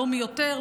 לא מי יותר,